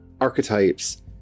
archetypes